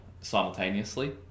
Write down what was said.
simultaneously